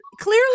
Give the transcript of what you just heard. clearly